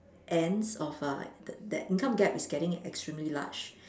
ends of a the that income gap is getting extremely large